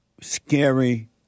scary